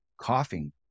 coughing